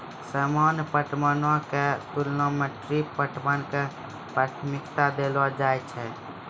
सामान्य पटवनो के तुलना मे ड्रिप पटवन के प्राथमिकता देलो जाय छै